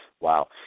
Wow